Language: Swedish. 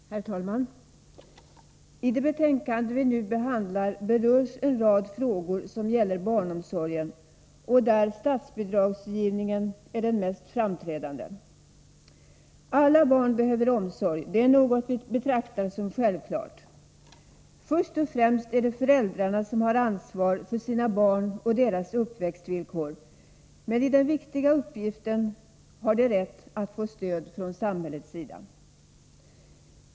Herr talman! I det betänkande vi nu behandlar berörs en rad frågor som gäller barnomsorgen, och där statsbidragsgivningen är den mest framträdande. Alla barn behöver omsorg — det är något vi betraktar som självklart. Först och främst är det föräldrarna som har ansvar för sina barn och deras uppväxtvillkor, men i den viktiga uppgiften har de rätt att få stöd från samhällets sida.